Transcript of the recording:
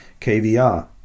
KVR